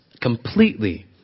completely